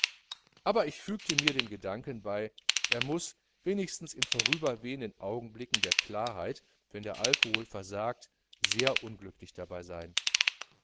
aber ich fügte in mir den gedanken bei er muß wenigstens in vorüber wehenden augenblicken der klarheit wenn der alkohol versagt sehr unglücklich dabei sein